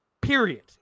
Period